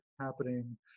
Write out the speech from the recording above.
happening